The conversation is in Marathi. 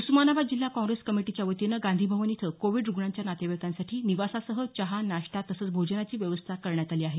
उस्मानाबाद जिल्हा काँग्रेस कमिटीच्या वतीने गांधी भवन इथं कोविड रुग्णांच्या नातेवाईकांसाठी निवासासह चहा नाष्टा तसंच भोजनाची व्यवस्था करण्यात आली आहे